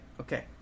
okay